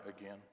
again